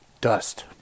Dust